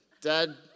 Dad